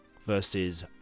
versus